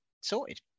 sorted